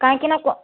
କାହିଁକି ନା କ